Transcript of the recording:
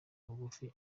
bugufi